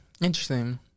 Interesting